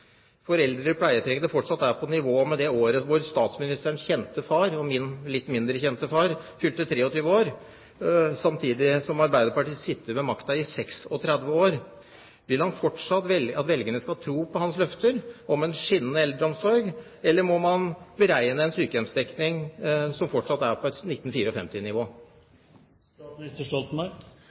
fortsatt er på nivå med det året da statsministerens kjente far og min litt mindre kjente far fylte 23 år, samtidig som Arbeiderpartiet har sittet med makten i 36 år, vil han fortsatt at velgerne skal tro på hans løfter om en skinnende eldreomsorg, eller må man beregne en sykehjemsdekning som fortsatt er på